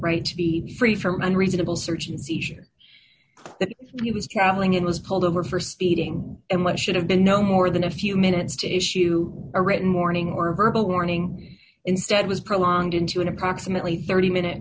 right to be free from unreasonable search and seizure that he was traveling in was pulled over for speeding and what should have been no more than a few minutes to issue a written warning or verbal warning instead was prolonged into an approximately thirty minute